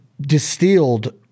distilled